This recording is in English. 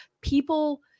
people